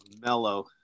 Mellow